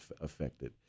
affected